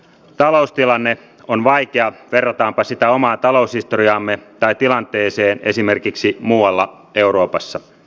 taloustilanne on vaikea verrataanpa sitä omaan taloushistoriaamme tai tilanteeseen esimerkiksi muualla euroopassa